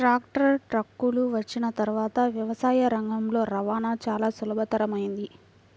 tractor, ట్రక్కులు వచ్చిన తర్వాత వ్యవసాయ రంగంలో రవాణా చాల సులభతరమైంది